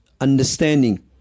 understanding